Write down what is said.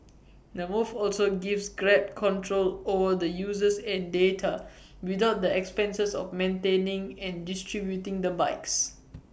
the move also gives grab control over the users and data without the expenses of maintaining and distributing the bikes